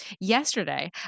Yesterday